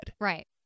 Right